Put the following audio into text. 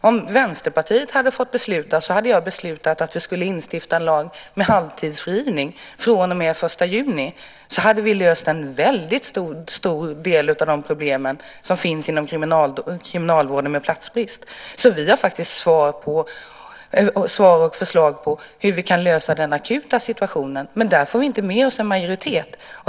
Om Vänsterpartiet hade fått bestämma skulle halvtidsfrigivningen ha återinförts från den 1 juni. Då hade vi löst en väldigt stor del av de problem med platsbrist som finns inom kriminalvården. Vi har faktiskt förslag till hur man kan lösa den akuta situationen, men där får vi inte med oss någon majoritet.